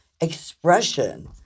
expression